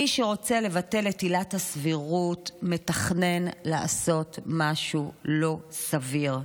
מי שרוצה לבטל את עילת הסבירות מתכנן לעשות משהו לא סביר.